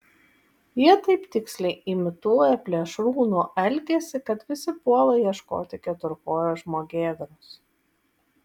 jie taip tiksliai imituoja plėšrūno elgesį kad visi puola ieškoti keturkojo žmogėdros